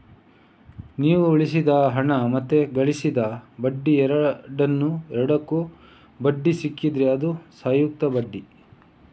ನೀವು ಉಳಿಸಿದ ಹಣ ಮತ್ತೆ ಗಳಿಸಿದ ಬಡ್ಡಿ ಎರಡಕ್ಕೂ ಬಡ್ಡಿ ಸಿಕ್ಕಿದ್ರೆ ಅದು ಸಂಯುಕ್ತ ಬಡ್ಡಿ